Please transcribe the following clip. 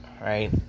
right